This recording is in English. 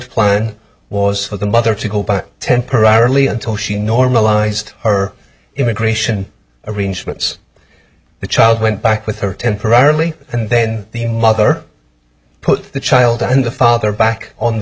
plan was for the mother to go back temporarily until she normalized her immigration arrangements the child went back with her temporarily and then the mother put the child and the father back on the